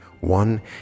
one